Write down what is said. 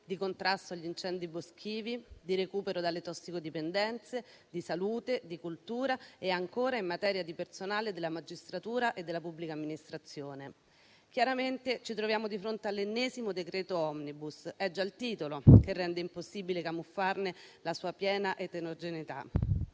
di contrasto agli incendi boschivi, di recupero dalle tossicodipendenze, di salute, di cultura e ancora in materia di personale della magistratura e della pubblica amministrazione. Chiaramente ci troviamo di fronte all'ennesimo decreto *omnibus*; è già il titolo che rende impossibile camuffarne la sua piena eterogeneità.